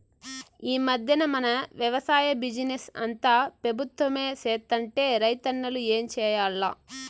ఈ మధ్దెన మన వెవసాయ బిజినెస్ అంతా పెబుత్వమే సేత్తంటే రైతన్నలు ఏం చేయాల్ల